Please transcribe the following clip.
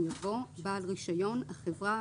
רישיון" יבוא: ""בעל רישיון" החברה,